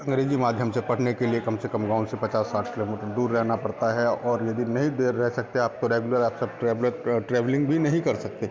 अंग्रेजी माध्यम से पढ़ने के लिए कम से कम गाँव से पचास साठ किलोमीटर दूर रहना पड़ता है और यदि नहीं देर रह सकते आपको रेगुलर आप सब ट्रैवलिंग भी नहीं कर सकते